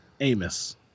Amos